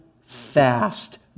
fast